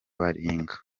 baringa